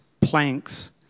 planks